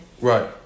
Right